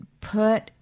put